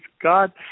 God